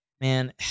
man